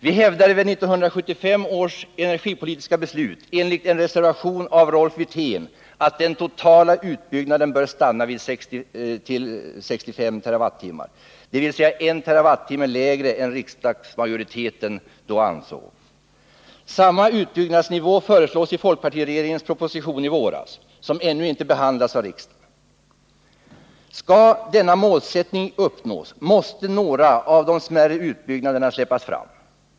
Vi hävdade vid 1975 års energipolitiska beslut enligt en reservation av Rolf Wirtén att den totala utbyggnaden bör stanna vid 65 TWh, dvs. I TWh lägre än vad riksdagsmajoriteten då ansåg. Samma utbyggnadsnivå föreslås i folkpartiregeringens proposition från i våras, som ännu inte behandlats av riksdagen. Skall den målsättningen uppnås måste några av de smärre utbyggnaderna släppas fram.